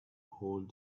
hold